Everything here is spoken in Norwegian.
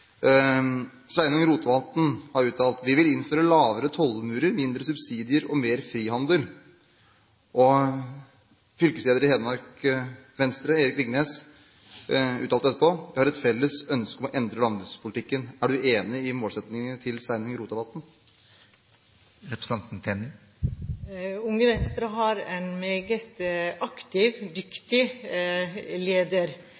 Sveinung Rotevatn har uttalt: Vi vil innføre lavere tollmurer, mindre subsidier og mer frihandel. Fylkesleder i Hedmark Venstre, Erik Ringnes, uttalte etterpå: Vi har et felles ønske om å endre landbrukspolitikken. Er Tenden enig i målsettingene til Sveinung Rotevatn? Unge Venstre har en meget aktiv, dyktig leder.